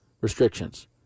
restrictions